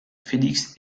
felix